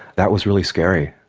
that was really scary.